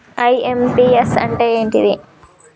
IMPS అంటే ఏంటిది?